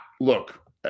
Look